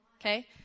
Okay